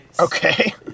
Okay